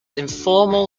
informal